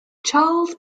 charles